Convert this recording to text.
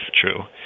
true